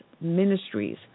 Ministries